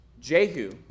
Jehu